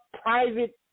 private